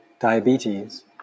diabetes